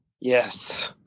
yes